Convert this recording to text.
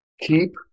keep